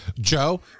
Joe